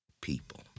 people